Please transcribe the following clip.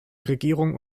regierung